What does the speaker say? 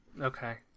Okay